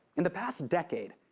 in the past decade,